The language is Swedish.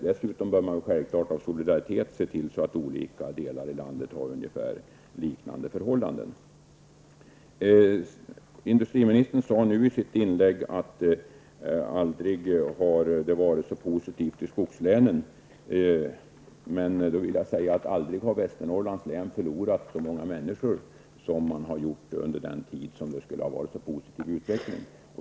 Dessutom bör man självfallet av solidaritet se till att olika delar av landet har likartade förhållanden. Industriministern sade i sitt inlägg att skogslänen aldrig tidigare har haft en så positiv utveckling. Jag vill då säga att aldrig har Västernorrlands län förlorat så många människor som man har gjort under den tid då utvecklingen skulle ha varit så positiv.